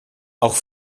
auch